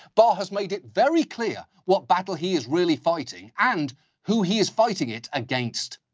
barr has made it very clear what battle he is really fighting and who he is fighting it against.